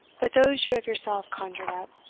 but those you have yourself conjured up